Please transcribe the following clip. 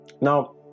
now